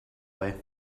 way